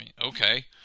okay